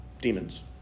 demons